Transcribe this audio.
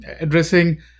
addressing